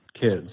kids